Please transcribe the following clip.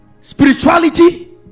spirituality